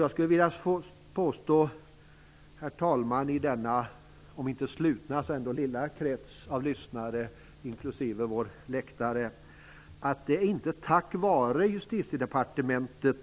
Jag skulle vilja påstå, herr talman, i denna om inte slutna så ändå lilla krets av lyssnare inklusive gästerna på läktaren att det inte är tack vare Justitiedepartementets